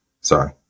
Sorry